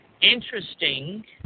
Interesting